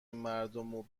مردمو